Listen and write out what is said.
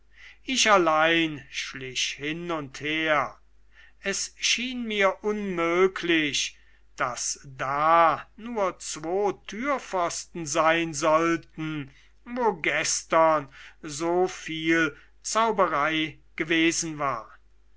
ich allein schlich hin und her es schien mir unmöglich daß da nur zwo türpfosten sein sollten wo gestern so viel zauberei gewesen war